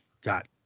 got